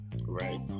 right